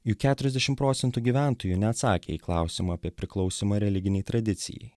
juk keturiasdešim procentų gyventojų neatsakė į klausimą apie priklausymą religinei tradicijai